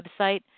website